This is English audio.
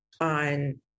on